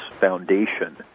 foundation